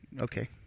Okay